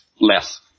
less